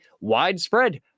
widespread